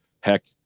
heck